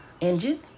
engine